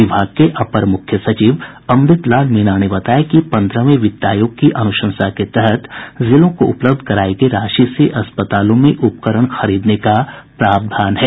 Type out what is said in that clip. विभाग के अपर मुख्य सचिव अमृत लाल मीणा ने बताया कि पन्द्रहवें वित्त आयोग की अनुशंसा के तहत जिलों को उपलब्ध करायी गयी राशि से अस्पतालों में उपकरण खरीदने का प्रावधान किया गया है